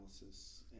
analysis